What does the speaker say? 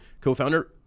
co-founder